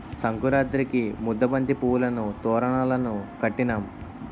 సంకురాతిరికి ముద్దబంతి పువ్వులును తోరణాలును కట్టినాం